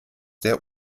der